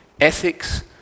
ethics